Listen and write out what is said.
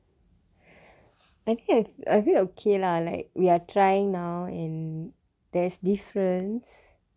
I think I I feel okay lah like we are trying now and there's difference